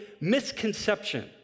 misconception